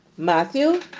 Matthew